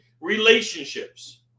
relationships